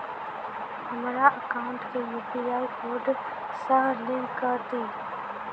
हमरा एकाउंट केँ UPI code सअ लिंक कऽ दिऽ?